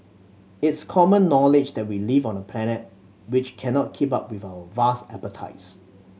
it's common knowledge that we live on a planet which cannot keep up with our vast appetites